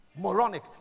Moronic